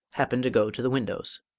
happened to go to the windows.